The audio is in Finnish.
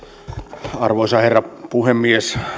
arvoisa herra puhemies